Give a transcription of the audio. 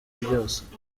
byose